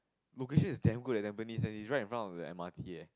location is damn good at Tampines that it right in front of the M_R_T eh